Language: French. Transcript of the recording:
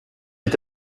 est